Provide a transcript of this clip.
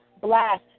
blast